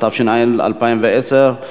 התש"ע 2010,